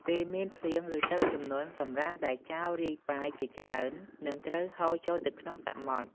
ពេលមានភ្លៀង ឬទឹកជំនន់ សំរាមដែលចោលរាយប៉ាយជាច្រើននឹងត្រូវហូរចូលទៅក្នុងសមុទ្រ។